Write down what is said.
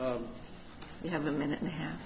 you you have a minute and a half